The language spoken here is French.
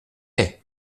laid